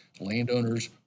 landowners